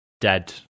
dead